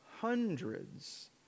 hundreds